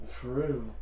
true